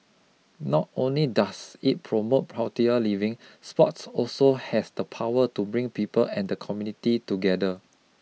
not only does it promote healthier living sports also has the power to bring people and the community together